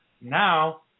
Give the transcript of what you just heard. now